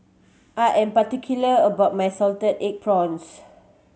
I am particular about my salted egg prawns